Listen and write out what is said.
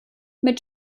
mit